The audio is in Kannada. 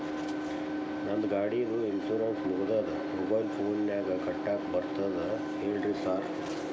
ನಂದ್ ಗಾಡಿದು ಇನ್ಶೂರೆನ್ಸ್ ಮುಗಿದದ ಮೊಬೈಲ್ ಫೋನಿನಾಗ್ ಕಟ್ಟಾಕ್ ಬರ್ತದ ಹೇಳ್ರಿ ಸಾರ್?